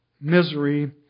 misery